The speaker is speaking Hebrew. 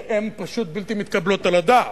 שהן פשוט בלתי מתקבלות על הדעת.